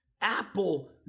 Apple